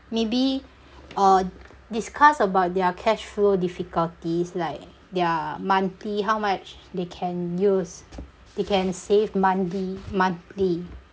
maybe uh discuss about their cash flow difficulties like their monthly how much they can use they can save monthly monthly